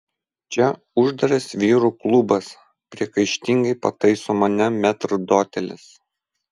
čia uždaras vyrų klubas priekaištingai pataiso mane metrdotelis